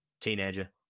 Teenager